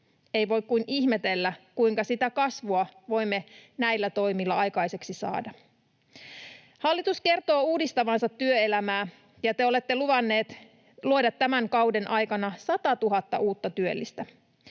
Ei voi kuin ihmetellä, kuinka sitä kasvua voimme näillä toimilla aikaiseksi saada. Hallitus kertoo uudistavansa työelämää, ja te olette luvanneet luoda tämän kauden aikana 100 000 uutta työllistä.